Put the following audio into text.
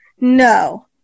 No